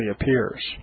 appears